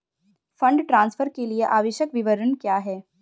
Fund transfer के लिए आवश्यक विवरण क्या हैं?